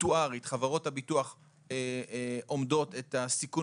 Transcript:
אקטוארית חברות הביטוח אומדות את הסיכון